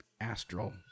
astral